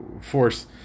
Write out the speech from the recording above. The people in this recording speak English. force